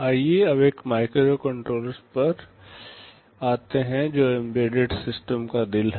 आइए अब माइक्रोकंट्रोलर्स पर आते हैं जो एम्बेडेड सिस्टम का दिल हैं